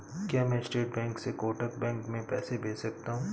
क्या मैं state bank से कोटक बैंक में पैसे भेज सकता हूँ?